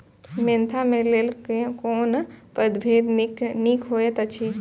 Mentha क लेल कोन परभेद निक होयत अछि?